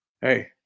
Hey